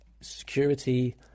security